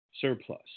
surplus